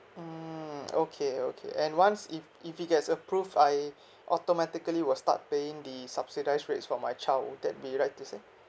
mmhmm okay okay and once if if it gets approved I automatically will start paying the subsidised rates for my child would that be right to say